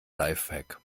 lifehack